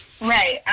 Right